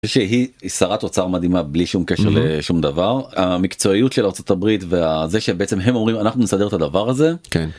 שהיא שרת אוצר מדהימה בלי שום קשר לשום דבר המקצועיות של ארה״ב וזה שבעצם הם אומרים אנחנו נסדר את הדבר הזה.